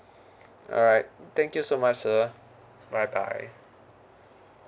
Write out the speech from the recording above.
alright thank you so much sir bye bye